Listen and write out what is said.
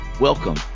Welcome